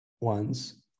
ones